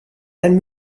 ein